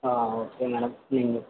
okay madam